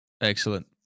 Excellent